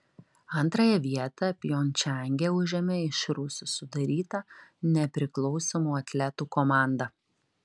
antrąją vietą pjongčange užėmė iš rusų sudaryta nepriklausomų atletų komanda